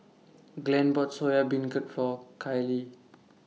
Glen bought Soya Beancurd For Kyleigh